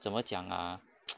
怎么讲 ah